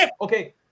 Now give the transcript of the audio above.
Okay